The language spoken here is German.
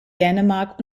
dänemark